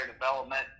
development